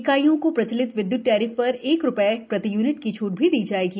इकाईयों को प्रचलित विद्युत टेरिफ ेर एक रूधये प्रति यूनिट की छूट भी दी जायेगी